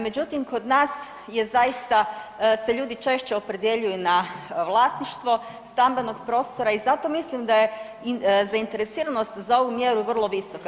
Međutim kod nas je zaista se ljudi češće opredjeljuju na vlasništvo stambenog prostora i zato mislim da je zainteresiranost za ovu mjeru vrlo visoka.